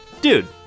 Dude